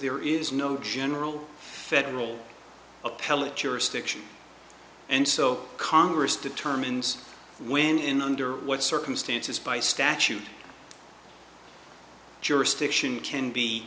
there is no general federal appellate jurisdiction and so congress determines when under what circumstances by statute jurisdiction can be